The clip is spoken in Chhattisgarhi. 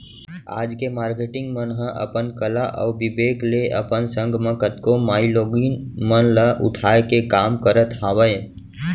आज के मारकेटिंग मन ह अपन कला अउ बिबेक ले अपन संग म कतको माईलोगिन मन ल उठाय के काम करत हावय